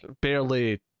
barely